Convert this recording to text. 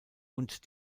und